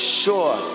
sure